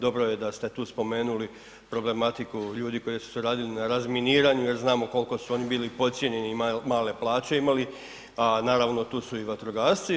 Dobro je da ste tu spomenuli problematiku ljudi koji su radili na razminiranju jer znamo kolko su oni bili podcijenjeni i male plaće imali, a naravno tu su i vatrogasci.